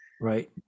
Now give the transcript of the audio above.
right